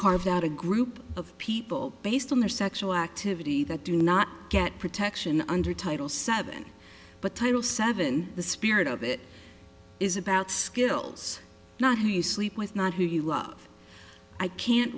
carved out a group of people based on their sexual activity that do not get protection under title seven but title seven the spirit of it is about skills not who you sleep with not who you love i can't